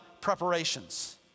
preparations